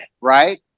right